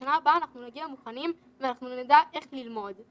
שבשנה הבאה אנחנו נגיע מוכנים ואנחנו נדע איך ללמוד.